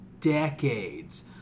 decades